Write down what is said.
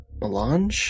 Melange